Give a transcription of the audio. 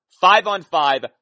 five-on-five